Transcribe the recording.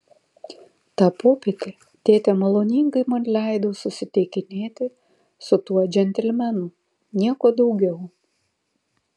tą popietę tėtė maloningai man leido susitikinėti su tuo džentelmenu nieko daugiau